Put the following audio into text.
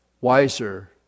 wiser